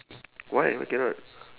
why why cannot